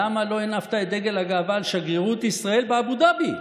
למה לא הנפת את דגל הגאווה על שגרירות ישראל באבו דאבי?